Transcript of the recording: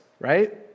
right